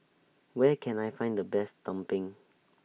Where Can I Find The Best Tumpeng